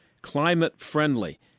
climate-friendly